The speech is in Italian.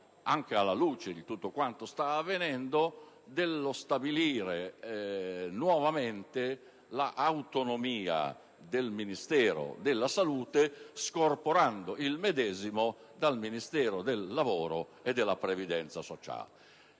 anche alla luce di quanto sta avvenendo, dello stabilire nuovamente l'autonomia del Ministero della salute, scorporando il medesimo dal Ministero del lavoro e delle politiche sociali.